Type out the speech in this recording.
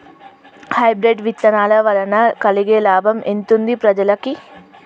Hybrid విత్తనాల వలన కలిగే లాభం ఎంతుంది ప్రజలకి?